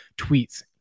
tweets